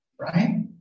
right